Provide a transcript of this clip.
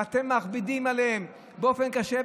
ואתם מכבידים עליהם באופן קשה,